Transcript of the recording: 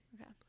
Okay